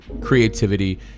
creativity